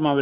Men